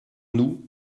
nous